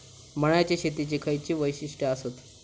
मळ्याच्या शेतीची खयची वैशिष्ठ आसत?